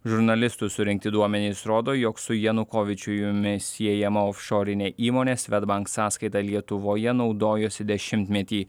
žurnalistų surinkti duomenys rodo jog su janukovyčiujumi siejama ofšorinė įmonės svedbank sąskaita lietuvoje naudojosi dešimtmetį